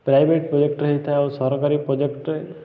private project ହେଇଥାଏ ଆଉ ସରକାରୀ ପ୍ରୋଜେକ୍ଟରେ